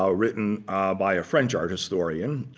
um written by a french art historian,